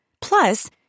Plus